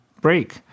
break